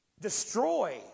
destroy